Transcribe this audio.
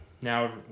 now